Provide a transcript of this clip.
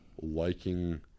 liking